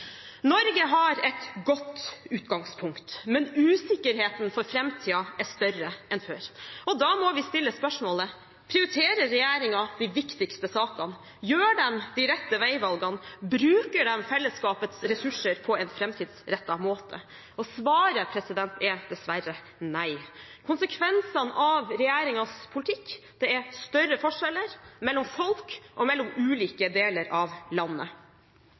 Norge har et godt utgangspunkt, men usikkerheten for framtiden er større enn før, og da må vi stille spørsmålet: Prioriterer regjeringen de viktigste sakene, gjør de de rette veivalgene, bruker de fellesskapets ressurser på en framtidsrettet måte? Svaret er dessverre nei. Konsekvensene av regjeringens politikk er større forskjeller mellom folk og mellom ulike deler av landet.